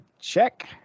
Check